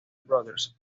brothers